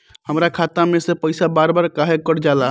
हमरा खाता में से पइसा बार बार काहे कट जाला?